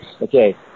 Okay